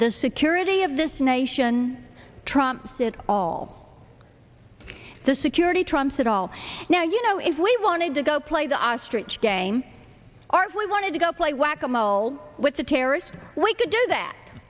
the security of this nation trumps it all the security trumps it all now you know if we wanted to go play the ostrich game or if we wanted to go play whack a mole with the terrorists we could do that